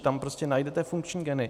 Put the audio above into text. Tam prostě najdete funkční geny.